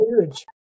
huge